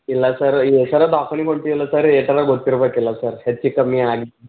ಇಲ್ಲ ಸರ್ ಈ ಸಲ ಗೊತ್ತಿರಬೇಕಲ್ಲ ಸರ್ ಹೆಚ್ಚು ಕಮ್ಮಿ ಆಗಿ